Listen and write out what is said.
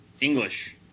English